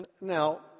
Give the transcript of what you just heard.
Now